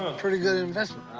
ah pretty good investment.